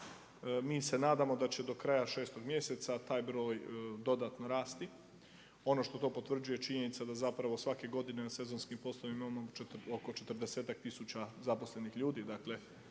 Mi se nadamo da će do kraja 6. mjeseca taj broj dodatno rasti. Ono što to potvrđuje je činjenica da zapravo svake godine na sezonskih poslovima imamo oko četrdesetak tisuća zaposlenih ljudi,